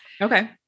Okay